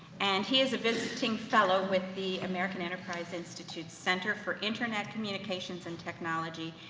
and he is a visiting fellow with the american enterprise institute center for internet communications and technology,